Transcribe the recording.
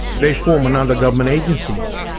they form another government agencies,